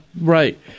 right